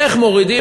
איך מורידים,